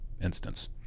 instance